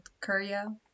Korea